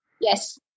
Yes